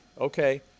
okay